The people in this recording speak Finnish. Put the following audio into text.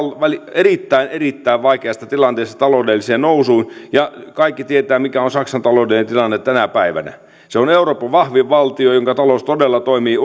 erittäin erittäin vaikeasta tilanteesta taloudelliseen nousuun ja kaikki tietävät mikä on saksan taloudellinen tilanne tänä päivänä se on euroopan vahvin valtio jonka talous todella toimii